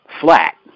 flat